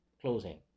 closing